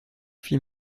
fit